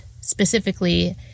specifically